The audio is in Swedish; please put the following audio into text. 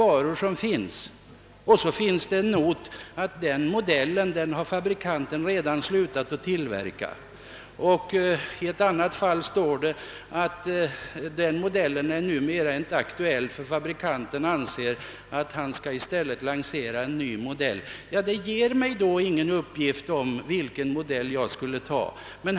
Man kan sedan hitta en not där det sägs att en viss modell har fabrikanten redan slutat tillverka, För en annan modell står det att den numera inte är aktuell eftersom fabrikanten i stället skall lansera en ny. Detta ger mig då ingen upplysning om vilken modell jag skall välja.